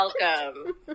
Welcome